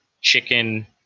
chicken